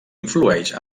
influeix